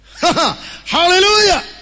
Hallelujah